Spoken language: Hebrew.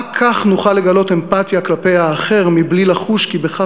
רק כך נוכל לגלות אמפתיה לגבי האחר מבלי לחוש כי בכך